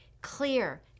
clear